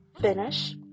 finish